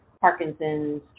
Parkinson's